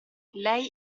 lei